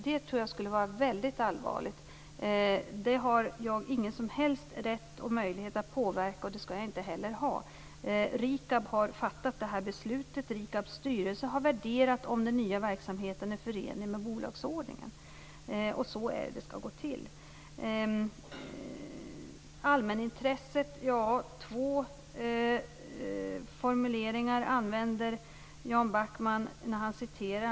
Det tror jag skulle vara väldigt allvarligt. Det har jag ingen som helst rätt och möjlighet att påverka, och det skall jag inte heller ha. RIKAB har fattat beslutet, och RIKAB:s styrelse har värderat om den nya verksamheten är förenlig med bolagsordningen. Så skall det gå till. När det gäller allmänintresset använder Jan Backman två formuleringar när han refererar.